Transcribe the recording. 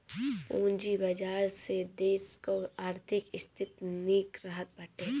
पूंजी बाजार से देस कअ आर्थिक स्थिति निक रहत बाटे